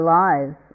lives